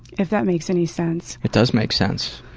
if that makes any sense. it does make sense.